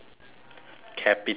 capitalism